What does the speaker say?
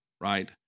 right